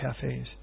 cafes